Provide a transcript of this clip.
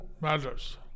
matters